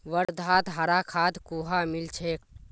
वर्धात हरा खाद कुहाँ मिल छेक